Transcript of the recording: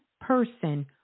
person